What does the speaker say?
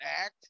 Act